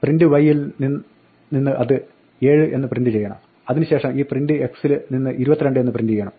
print y യിൽ നിന്ന് അത് 7 എന്ന് പ്രിന്റ് ചെയ്യണം അതിന് ശേഷം ഈ print x ൽ നിന്ന് 22 എന്ന് പ്രിന്റ് ചെയ്യണം